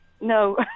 No